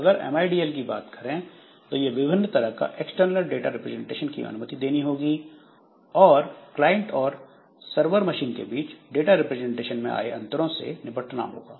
अगर MIDL की बात करें तो इसे विभिन्न तरह का एक्सटर्नल डाटा रिप्रेजेंटेशन की अनुमति देनी होगी और क्लाइंट और सरवर मशीन के बीच डाटा रिप्रेजेंटेशन में आए अंतरों से निपटना होगा